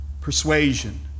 persuasion